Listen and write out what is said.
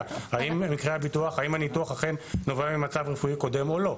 האם הניתוח אכן נובע ממצב רפואי קודם או לא.